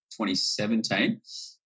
2017